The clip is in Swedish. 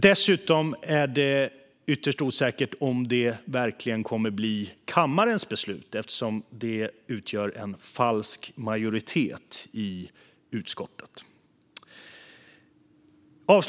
Dessutom är det ytterst osäkert om det verkligen kommer att bli kammarens beslut eftersom det råder falsk majoritet i utskottet.